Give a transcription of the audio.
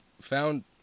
found